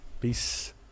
Peace